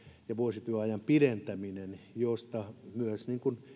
ja vuosityöajan pidentäminen josta myös